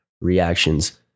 reactions